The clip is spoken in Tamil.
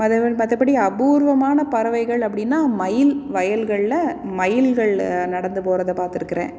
அதைவிட மற்றபடி அபூர்வமான பறவைகள் அப்படின்னா மயில் வயல்களில் மயில்கள் நடந்து போறதை பார்த்துருக்கேன்